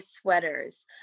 sweaters